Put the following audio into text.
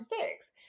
fix